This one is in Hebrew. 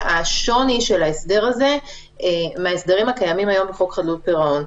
השוני של ההסדר הזה מן ההסדרים הקיימים היום בחוק חדלות פירעון.